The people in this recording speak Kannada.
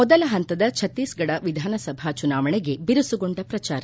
ಮೊದಲ ಹಂತದ ಛತ್ತೀಸ್ಗಢ ವಿಧಾನಸಭಾ ಚುನಾವಣೆಗೆ ಬಿರುಸುಗೊಂಡ ಪ್ರಚಾರ